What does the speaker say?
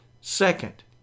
Second